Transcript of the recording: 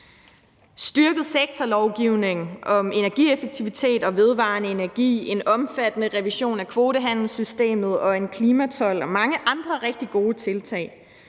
styrket sektorlovgivning om energieffektivitet og vedvarende energi, en omfattende revision af kvotehandelssystemet og en klimatold og mange andre rigtig gode tiltag